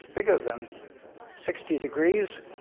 bigger than sixty degrees,